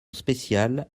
spéciale